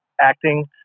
acting